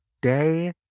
day